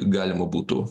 galima būtų